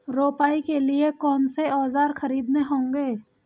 रोपाई के लिए कौन से औज़ार खरीदने होंगे?